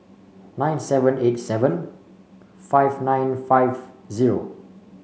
nine seven eight seven five nine five zero